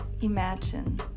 Imagine